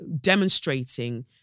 demonstrating